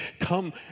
come